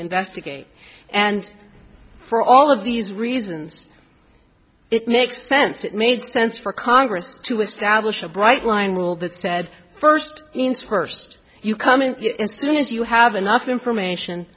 investigate and for all of these reasons it makes sense it made sense for congress to establish a bright line rule that said first first you come in soon as you have enough information